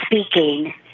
speaking